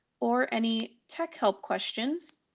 or any tech help questions,